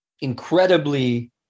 incredibly